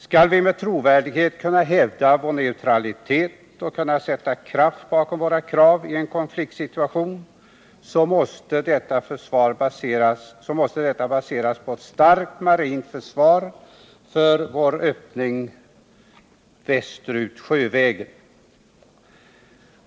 Skall vi med trovärdighet kunna hävda vår neutralitet och kunna sätta kraft bakom våra krav i en konfliktsituation måste detta baseras på ett starkt marint försvar för vår öppning sjövägen västerut.